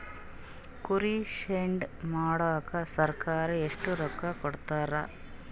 ಕುರಿ ಶೆಡ್ ಮಾಡಕ ಸರ್ಕಾರ ಎಷ್ಟು ರೊಕ್ಕ ಕೊಡ್ತಾರ?